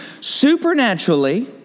supernaturally